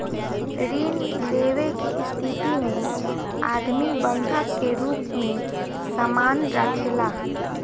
ऋण लेवे के स्थिति में आदमी बंधक के रूप में सामान राखेला